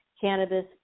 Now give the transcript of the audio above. Cannabis